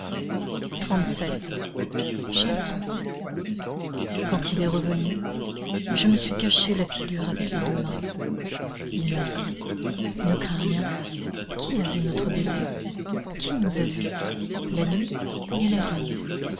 chanson quand il est revenu je me suis caché la figure avec les deux mains il m'a dit ne crains rien qui a vu notre baiser qui nous a vus la nuit et la lune